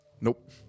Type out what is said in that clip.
Nope